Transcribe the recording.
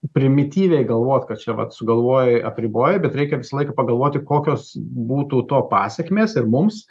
primityviai galvot kad čia vat sugalvojai apriboja bet reikia visą laiką pagalvoti kokios būtų to pasekmės ir mums